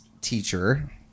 teacher